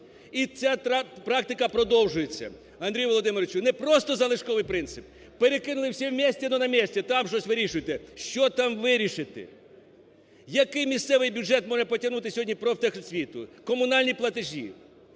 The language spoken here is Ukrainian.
І ця практика продовжується. Андрію Володимировичу, не просто залишковий принцип – перекинули "все вместе, но на месте" – там щось вирішуйте. Що там вирішити? Який місцевий бюджет може потягнути сьогодні профтехосвіту, комунальні платежі?